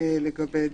לגבי (ד),